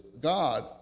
God